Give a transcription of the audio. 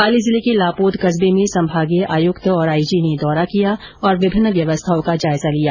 पाली जिले के लापोद कस्बे में संभागीय आयुक्त और आई जी ने दौरा किया और विभिन्न व्यवस्थाओं का जायजा लिया